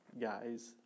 guys